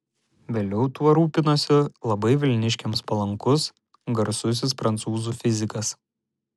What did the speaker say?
vėliau tuo rūpinosi labai vilniškiams palankus garsusis prancūzų fizikas